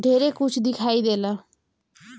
ढेरे कुछ दिखाई देला